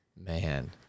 man